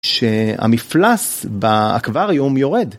שהמפלס באקווריום יורד.